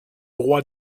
roi